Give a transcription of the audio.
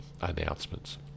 announcements